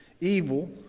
evil